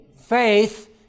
faith